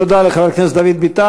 תודה לחבר הכנסת דוד ביטן.